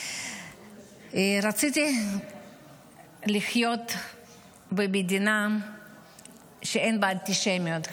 רציתי לחיות במדינה שאין בה אנטישמיות.